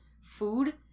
food